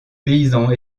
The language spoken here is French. paysans